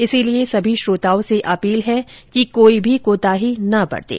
इसलिए सभी श्रोताओं से अपील है कि कोई भी कोताही न बरतें